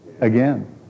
again